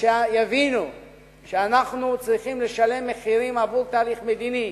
ושיבינו שאנחנו צריכים לשלם מחירים עבור תהליך מדיני.